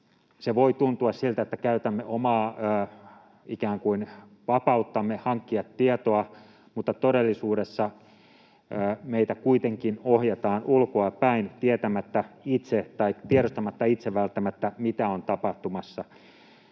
voi tuntua siltä, että käytämme omaa ikään kuin vapauttamme hankkia tietoa, mutta todellisuudessa meitä kuitenkin ohjataan ulkoapäin ilman, että tiedostamme välttämättä itse, mitä on tapahtumassa.